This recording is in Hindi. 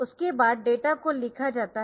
उसके बाद डेटा को लिखा जाता है